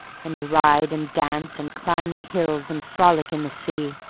and ride and dance and climb the hills and frolic in the sea